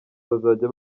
bazajya